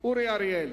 חבר הכנסת אורי אריאל.